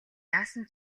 яасан